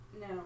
No